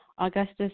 Augustus